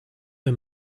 her